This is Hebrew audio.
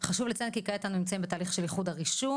מיכל וולדיגר,